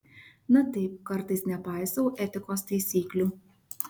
na taip kartais nepaisau etikos taisyklių